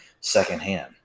secondhand